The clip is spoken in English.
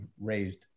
raised